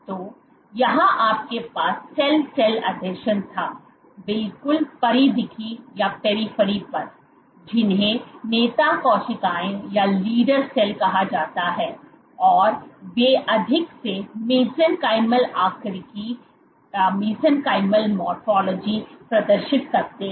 तो यहाँ आपके पास सेल सेल आसंजन था बिल्कुल परिधिकी पर जिन्हें नेता कोशिकाएं कहा जाता है और वे एक अधिक से मेसेंकायमल आकारिकी प्रदर्शित करते हैं